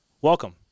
Welcome